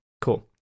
cool